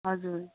हजुर